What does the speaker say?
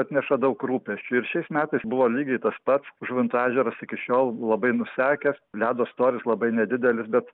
atneša daug rūpesčių ir šiais metais buvo lygiai tas pats žuvinto ežeras iki šiol labai nusekęs ledo storis labai nedidelis bet